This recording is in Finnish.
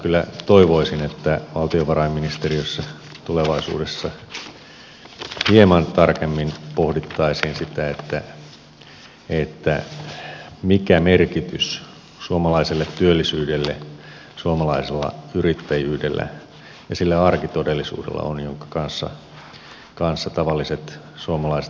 kyllä toivoisin että valtiovarainministeriössä tulevaisuudessa hieman tarkemmin pohdittaisiin sitä mikä merkitys suomalaiselle työllisyydelle suomalaisella yrittäjyydellä ja sillä arkitodellisuudella on jonka kanssa tavalliset suomalaiset rehelliset yrittäjät elävät